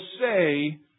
say